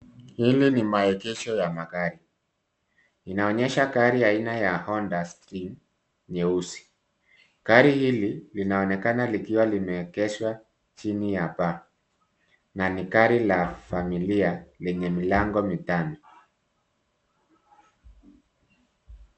Hili ni maegesho ya magari. Inaonyesha gari aina ya Honda Stream nyeusi. Gari hili linaonekana likiwa limeegeshwa chini ya paa na ni gari la familia lenye milango mitano.